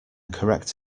correct